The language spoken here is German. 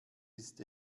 ist